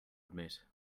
admit